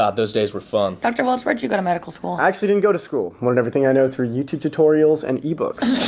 ah those days were fun. dr. welch, where'd you go to medical school? i actually didn't go to school. learned everything i know through youtube tutorials and ebooks.